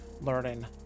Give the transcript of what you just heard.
learning